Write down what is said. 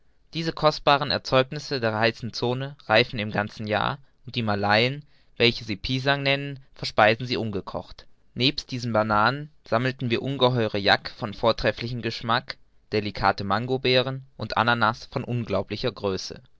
diese kostbaren erzeugnisse der heißen zone reisen im ganzen jahr und die malayen welche sie pisang nennen verspeisen sie ungekocht nebst diesen bananen sammelten wir ungeheure jack von vortrefflichem geschmack delikate mangobeeren und ananas von unglaublicher größe